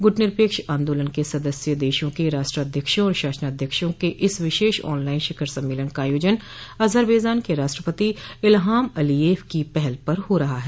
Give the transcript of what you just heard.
गुटनिरपेक्ष आंदोलन के सदस्य देशों के राष्ट्रध्यक्षों और शासनाध्यक्षों के इस विशेष ऑनलाइन शिखर सम्मेलन का आयोजन अजरबेजान के राष्ट्रपति इलहाम अलीयेफ की पहल पर हो रहा है